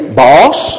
boss